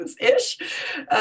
ish